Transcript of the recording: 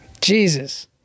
Jesus